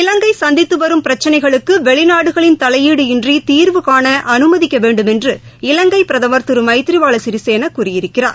இலங்கை சந்தித்து வரும் பிரச்சினைகளுக்கு வெளிநாடுகளின் தலையீடு இன்றி தீர்வுகாண அனுமதிக்க வேண்டுமென்று இலங்கை பிரதமர் திரு மைதிரி பால சிறிசேன கூறியிருக்கிறார்